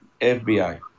FBI